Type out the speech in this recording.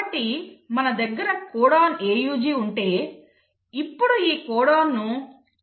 కాబట్టి మన దగ్గర కోడాన్ AUG ఉంటే ఇప్పుడు ఈ కోడాన్ ను యాంటీకోడాన్ చదవాలి